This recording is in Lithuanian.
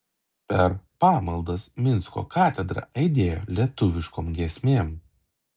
per pamaldas minsko katedra aidėjo lietuviškom giesmėm